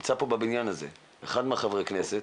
שנמצא פה בבניין הזה, אחד מחברי הכנסת,